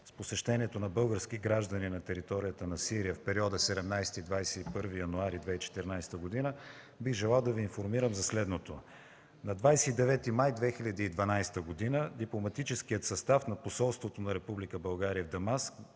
с посещението на български граждани на територията на Сирия в периода 17-21 януари 2014 г. бих желал да Ви информирам за следното. На 29 май 2012 г. дипломатическият състав на посолството на Република